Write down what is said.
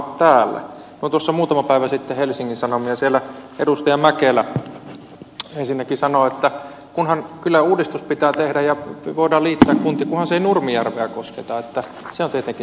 luin tuossa muutama päivä sitten helsingin sanomia ja siellä edustaja mäkelä ensinnäkin sanoi että kyllä uudistus pitää tehdä ja voidaan liittää kuntia kunhan se ei nurmijärveä kosketa että se on tietenkin tärkeää